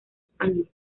español